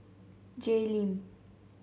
Jay Lim